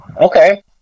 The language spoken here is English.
Okay